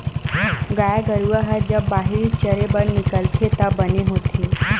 गाय गरूवा ह जब बाहिर चरे बर निकलथे त बने होथे